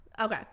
okay